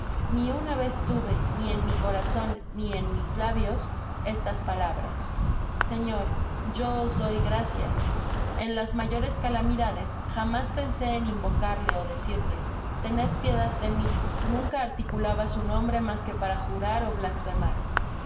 ni una sola vez tuve ni en mi corazon ni en mis labios estas palabras señar yo os doy gracias en las mayores calamidades jamás pensé en invocarle ó decirle tened piedad de mi nunca articulaba su nombre mas que para jurar ó blasfemar